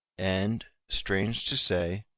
and, strange to say,